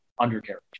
undercarriage